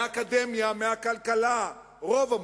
מהאקדמיה, מהכלכלה, רוב המומחים: